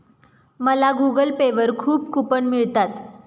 मला Google Pay वर खूप कूपन मिळतात